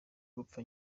gupfa